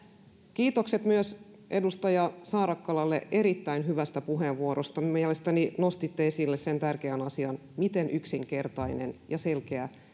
kiitokset myös edustaja saarakkalalle erittäin hyvästä puheenvuorosta mielestäni nostitte esille sen tärkeän asian miten yksinkertainen ja selkeä